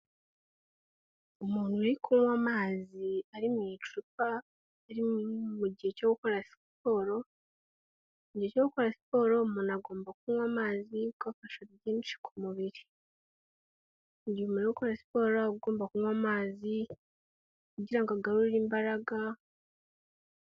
Umuntu uri kunywa amazi ari mu icupa ari mugihe cyo gukora siporo, mu gihe cyo gukora siporo umuntu agomba kunywa amazi kuko afasha byinshi ku mubiri, nyuma gukora siporo ugomba kunywa amazi kugirango agarurire imbaraga.